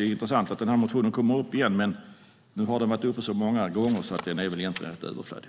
är intressant att denna motion återkommer. Men nu har den varit uppe så många gånger att den väl egentligen är rätt överflödig.